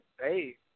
hey